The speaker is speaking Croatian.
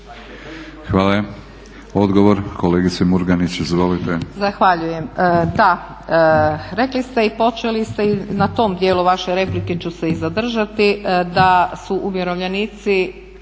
Hvala. Odgovor kolegice Murganić. Izvolite.